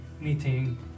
meeting